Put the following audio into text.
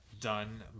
done